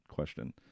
question